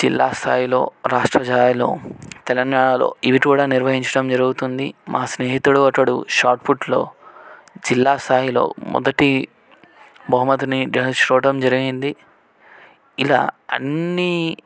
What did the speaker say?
జిల్లా స్థాయిలో రాష్ట్ర స్థాయిలో తెలంగాణలో ఇవి కూడా నిర్వహించడం జరుగుతుంది మా స్నేహితుడు ఒకడు షాట్ పుట్లో జిల్లా స్థాయిలో మొదటి బహుమతిని గెలుచుకోవడం జరిగింది ఇలా అన్నీ